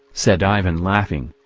said ivan laughing,